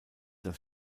das